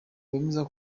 wemeza